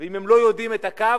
ואם הם לא יודעים את הקו,